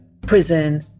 prison